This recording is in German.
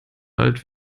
alt